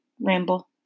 ramble